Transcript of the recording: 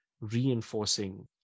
reinforcing